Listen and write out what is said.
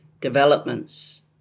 developments